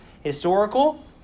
Historical